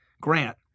Grant